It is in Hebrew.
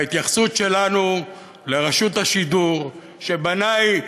בהתייחסות שלנו לרשות השידור, שבעיני,